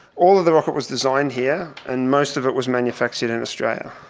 all of the rocket was designed here and most of it was manufactured in australia.